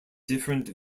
different